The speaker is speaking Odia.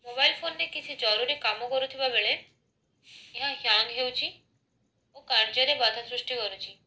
ମୋବାଇଲ୍ ଫୋନ୍ରେ କିଛି ଜରୁରୀ କାମ କରୁଥିବା ବେଳେ ଏହା ହ୍ୟାଙ୍ଗ୍ ହେଉଛି ଓ କାର୍ଯ୍ୟରେ ବାଧା ସୃଷ୍ଟି କରୁଛି